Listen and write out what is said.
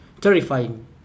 terrifying